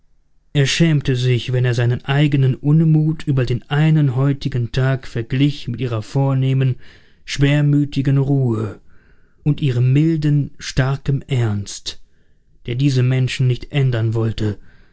er schämte sich wenn er seinen eigenen unmut über den einen heutigen tag verglich mit ihrer vornehmen schwermütigen ruhe und ihrem milden starkem ernst der diese menschen nicht ändern wollte